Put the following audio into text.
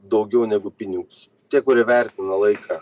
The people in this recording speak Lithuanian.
daugiau negu pinigus tie kurie vertina laiką